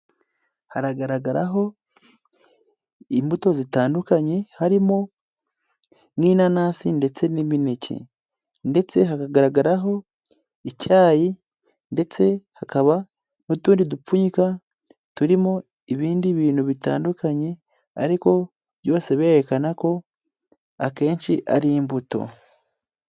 Haragaragaraho imbuto zitandukanye harimo nk'inanasi ndetse n'imineke, ndetse hakagaragaraho icyayi ndetse hakaba n'utundi dupfunyika turimo ibindi bintu bitandukanye ariko byose birererekana ko akenshi ari imbuto.